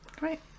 Right